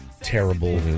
terrible